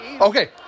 Okay